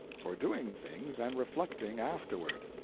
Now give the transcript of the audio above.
for doing things and reflecting afterward.